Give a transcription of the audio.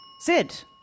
Sid